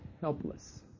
helpless